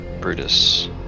Brutus